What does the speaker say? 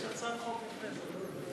יש הצעת חוק לפני זה.